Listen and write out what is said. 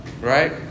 right